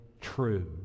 true